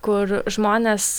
kur žmonės